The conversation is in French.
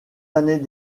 années